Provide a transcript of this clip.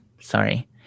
Sorry